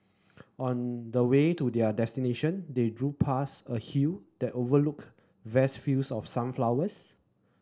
on the way to their destination they past a hill that overlooked vast fields of sunflowers